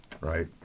right